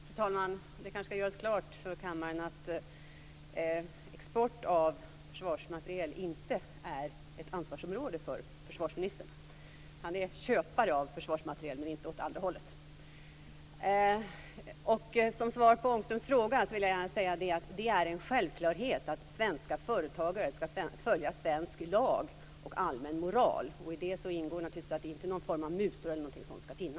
Fru talman! Det skall kanske göras klart för kammaren att export av försvarsmateriel inte är ett ansvarsområde för försvarsministern. Han är köpare av försvarsmateriel men fungerar inte åt det andra hållet. Som svar på Ångströms fråga vill jag gärna säga att det är en självklarhet att svenska företagare skall följa svensk lag och iaktta allmän moral. I det ingår naturligtvis att det inte skall förekomma någon form av mutor eller något sådant.